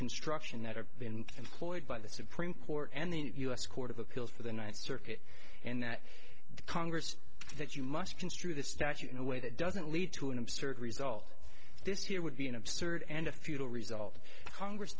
construction that have been employed by the supreme court and the u s court of appeals for the ninth circuit and the congress that you must construe the statute in a way that doesn't lead to an absurd result this year would be an absurd and a futile result congress